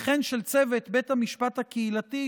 וכן של צוות בית המשפט הקהילתי,